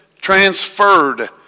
transferred